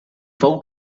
fou